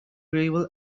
gravel